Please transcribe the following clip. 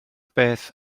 beth